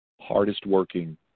hardest-working